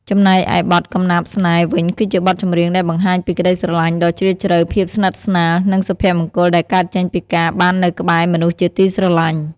ចំណែកឯបទ កំណាព្យស្នេហ៍ វិញ គឺជាបទចម្រៀងដែលបង្ហាញពីក្តីស្រឡាញ់ដ៏ជ្រាលជ្រៅ ភាពស្និទ្ធស្នាល និងសុភមង្គលដែលកើតចេញពីការបាននៅក្បែរមនុស្សជាទីស្រឡាញ់។